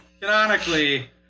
canonically